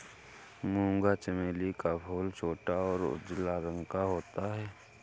मूंगा चमेली का फूल छोटा और उजला रंग का होता है